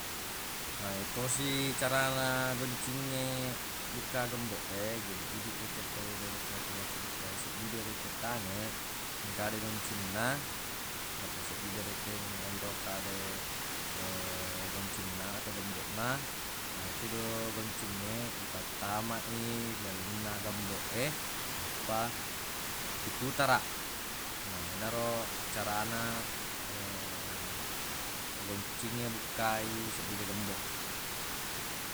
Na yatosi carana goncingnge bukka gemboq e jadi idiq rekeng tawwe de rekeng akko lokiq bukka seddi de rekeng tangeq engka de goncinna atau seddi de rekeng onrong ka de goncinna atau gemboq na na yetudu goccingnge ipattama i ilalenna gemboq e nappa iputaraq na yenaro carana goncingnge bukka i seddi de gemboq.